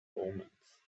omens